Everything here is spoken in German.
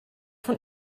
von